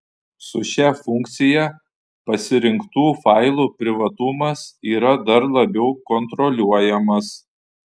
su šia funkcija pasirinktų failų privatumas yra dar labiau kontroliuojamas